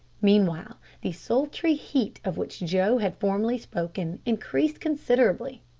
meanwhile the sultry heat of which joe had formerly spoken increased considerably,